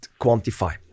quantify